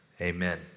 Amen